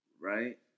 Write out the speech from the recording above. Right